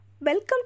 Welcome